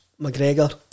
McGregor